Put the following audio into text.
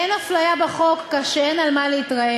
אין אפליה בחוק, כך שאין על מה להתרעם.